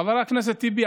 חבר הכנסת טיבי,